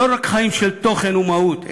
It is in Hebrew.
לא רק חיים של תוכן ומהות,